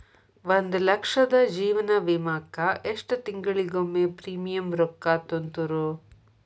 ಒಂದ್ ಲಕ್ಷದ ಜೇವನ ವಿಮಾಕ್ಕ ಎಷ್ಟ ತಿಂಗಳಿಗೊಮ್ಮೆ ಪ್ರೇಮಿಯಂ ರೊಕ್ಕಾ ತುಂತುರು?